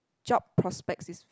job prospects is